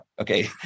Okay